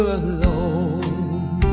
alone